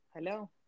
Hello